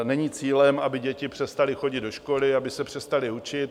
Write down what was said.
Není cílem, aby děti přestaly chodit do školy, aby se přestaly učit.